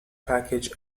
package